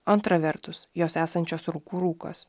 antra vertus jos esančios rūkų rūkas